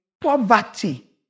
poverty